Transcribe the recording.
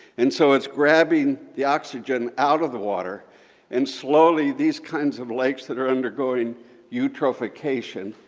and so it's grabbing the oxygen out of the water and slowly these kinds of lakes that are undergoing eutrophication,